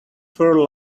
fur